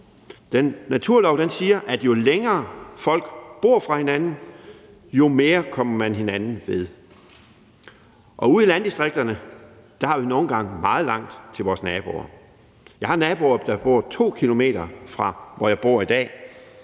er på, der siger, at jo længere folk bor fra hinanden, jo mere kommer man hinanden ved. Og ude i landdistrikterne har vi nogle gange meget langt til vores naboer. Jeg har naboer, der bor 2 km fra, hvor jeg bor i dag,